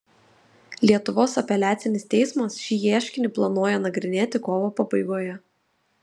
lietuvos apeliacinis teismas šį ieškinį planuoja nagrinėti kovo pabaigoje